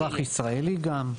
אזרח ישראלי גם.